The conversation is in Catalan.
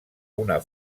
una